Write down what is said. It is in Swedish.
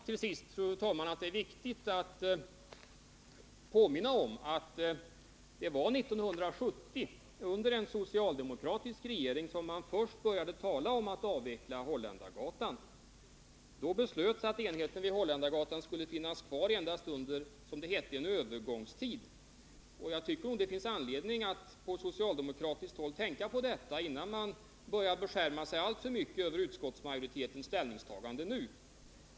Till sist, fru talman, vill jag påminna om att det var 1970, under en socialdemokratisk regering, som man först började tala om att avveckla Holländargatan. Då beslöts att enheten där skulle finnas kvar endast under, som det hette, en övergångstid. Jag tycker att man på socialdemokratiskt håll har anledning att tänka på detta innan man beskärmar sig alltför mycket över utskottsmajoritetens ställningstagande nu.